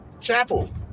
Chapel